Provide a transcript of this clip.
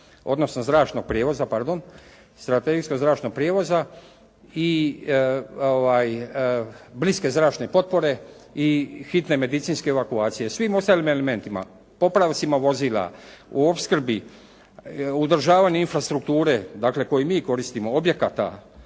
pardon, strategijskog zračnog prijevoza i bliske zračne potpore i hitne medicinske evakuacije. Svim ostalim elementima, popravcima vozila u opskrbi, u održavanju infrastrukture, dakle koju mi koristimo, objekata,